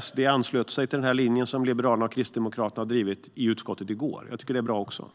SD anslöt sig i går i utskottet till den linje som Liberalerna och Kristdemokraterna har drivit. Det är också bra.